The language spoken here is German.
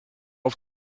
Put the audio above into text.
auf